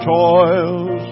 toils